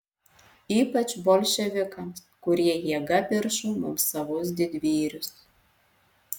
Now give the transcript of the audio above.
ypač bolševikams kurie jėga piršo mums savus didvyrius